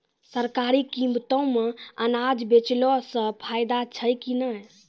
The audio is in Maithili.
सरकारी कीमतों मे अनाज बेचला से फायदा छै कि नैय?